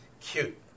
cute